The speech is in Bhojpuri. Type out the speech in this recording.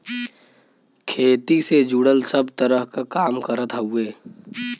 खेती से जुड़ल सब तरह क काम करत हउवे